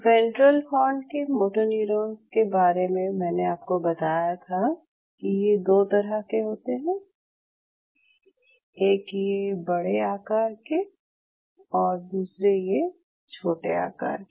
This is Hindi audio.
वेंट्रल हॉर्न के मोटोन्यूरोन्स के बारे में मैंने आपको बताया था कि ये दो तरह के होते हैं एक ये बड़े आकार के और दूसरे ये छोटे आकार के